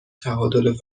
تعادل